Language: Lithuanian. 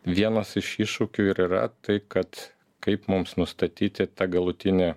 vienas iš iššūkių ir yra tai kad kaip mums nustatyti tą galutinį